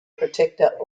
protector